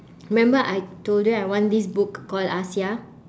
remember I told you I want this book called asia